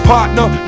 Partner